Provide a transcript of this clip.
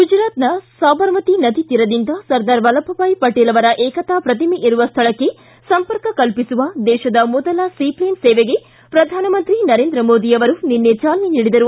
ಗುಜರಾತ್ನ ಸಾಬರ್ಮತಿ ನದಿ ತೀರದಿಂದ ಸರ್ದಾರ್ ವಲ್ಲಭಭಾಯ್ ಪಟೇಲ್ ಅವರ ಏಕತಾ ಪ್ರತಿಮೆ ಇರುವ ಸ್ಥಳಕ್ಕೆ ಸಂಪರ್ಕ ಕಲ್ಪಿಸುವ ದೇಶದ ಮೊದಲ ಸೀಪ್ಲೇನ್ ಸೇವೆಗೆ ಪ್ರಧಾನಮಂತ್ರಿ ನರೇಂದ್ರ ಮೋದಿ ಅವರು ನಿನ್ನೆ ಚಾಲನೆ ನೀಡಿದರು